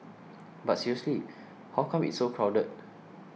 but seriously how come it's so crowded